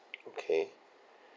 okay